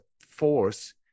force